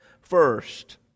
first